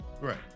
Right